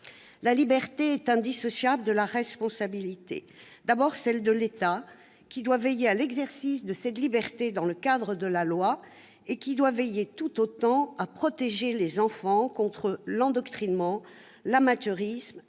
La liberté est indissociable de la responsabilité. D'abord, la responsabilité de l'État, qui doit veiller à l'exercice de cette liberté dans le cadre de la loi et qui doit veiller tout autant à protéger les enfants contre l'endoctrinement, l'amateurisme,